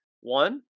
One